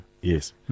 Yes